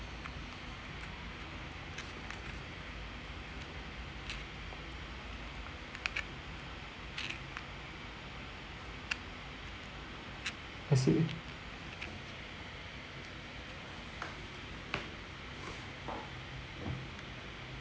I see